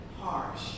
harsh